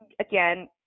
again